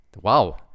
Wow